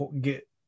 get